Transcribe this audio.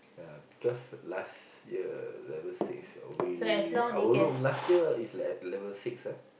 ya because last year level six we our room last year is at level six ah